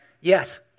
Yes